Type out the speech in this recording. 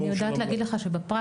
אני יודעת להגיד לך שבפרקטיקה,